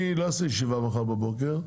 אני לא אעשה ישיבה מחר בבוקר,